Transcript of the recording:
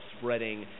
spreading